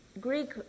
Greek